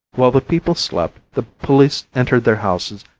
while the people slept, the police entered their houses,